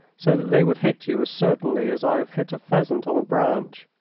so that they would hit you as certainly as i have hit a pheasant on a branch.